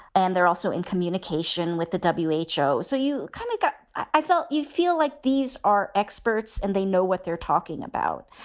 and they're also in communication with the w h o. so you kind of got i felt you feel like these are experts and they know what they're talking about.